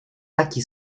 taki